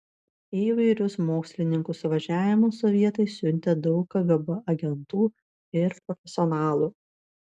į įvairius mokslininkų suvažiavimus sovietai siuntė daug kgb agentų ir profesionalų